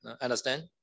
Understand